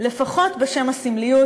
לפחות בשם הסמליות,